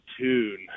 Tune